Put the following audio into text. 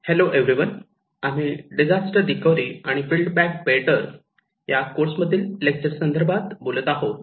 hello everyone आम्ही disaster recovery आणि build back better या कोर्स मधील लेक्चर संदर्भात बोलत आहोत